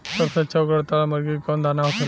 सबसे अच्छा गुणवत्ता वाला मुर्गी के कौन दाना होखेला?